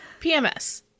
pms